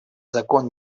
закон